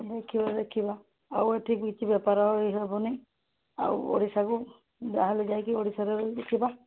ଦେଖିବା ଦେଖିବା ଆଉ ଏଠି କିଛି ବେପାର ହବନି ଆଉ ଓଡ଼ିଶାକୁ ଯାହାହେଲେ ଯାଇକି ଓଡ଼ିଶାରେ ଦେଖିବା